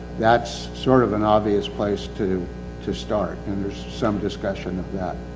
that's sort of an obvious place to to start, and some discussion of that.